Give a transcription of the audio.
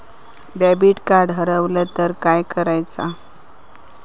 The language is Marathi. डेबिट कार्ड हरवल तर काय करायच?